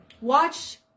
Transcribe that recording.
Watch